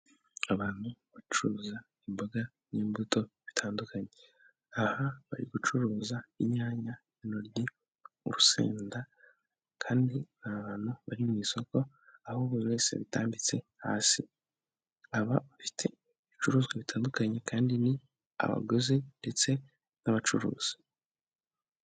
Abantu bacuruza imboga n'imbuto bitandukanye, aha bari gucuruza inyanya, intoryi, urusenda kandi abantu bari mu isoko, aho buri wese yatanditse hasi, aba bafite ibicuruzwa bitandukanye, kandi ni abaguzi ndetse n'abacuruzi.